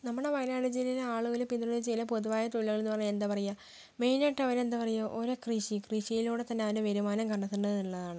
നമ്മുടെ വയനാട് ജില്ലയിലെ ആളുകൾ പിന്തുടരുന്ന ചില പൊതുവായ തൊഴിലുകളെന്ന് പറഞ്ഞാൽ എന്താ പറയാ മെയ്നായിട്ട് അവരെന്താ പറയാ ഓരോ കൃഷി കൃഷിയിലൂടെ തന്നെ അവൻ്റെ വരുമാനം കണ്ടെത്തേണ്ടത് എന്നുള്ളതാണ്